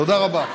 תודה רבה.